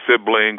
siblings